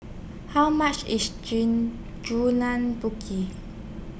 How much IS Jean Julan Putih